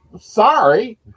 Sorry